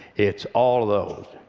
it's all those.